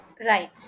Right